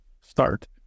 start